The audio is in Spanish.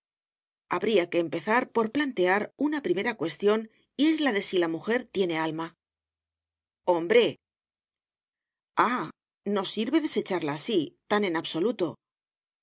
habría que empezar por plantear una primera cuestión y es la de si la mujer tiene alma hombre ah no sirve desecharla así tan en absoluto la